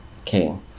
okay